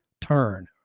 turn